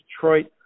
Detroit